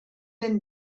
been